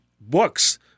books